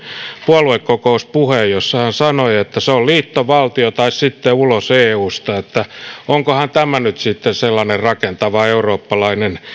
puoluekokouspuheen jossa hän sanoi että se on liittovaltio tai sitten ulos eusta onkohan tämä nyt sitten sellainen rakentava eurooppalainen